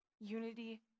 unity